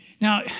now